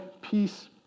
peace